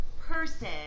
person